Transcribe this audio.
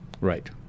Right